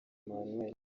emmanuel